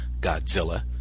Godzilla